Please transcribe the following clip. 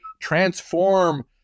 transform